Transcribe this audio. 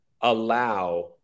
allow